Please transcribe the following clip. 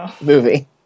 movie